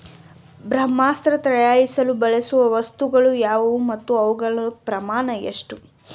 ಬ್ರಹ್ಮಾಸ್ತ್ರ ತಯಾರಿಸಲು ಬಳಸುವ ವಸ್ತುಗಳು ಯಾವುವು ಮತ್ತು ಅವುಗಳ ಪ್ರಮಾಣ ಎಷ್ಟು?